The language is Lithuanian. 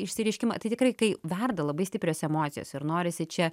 išsireiškimą tai tikrai kai verda labai stiprios emocijos ir norisi čia